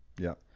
yeah.